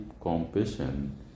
compassion